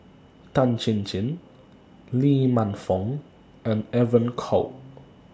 Tan Chin Chin Lee Man Fong and Evon Kow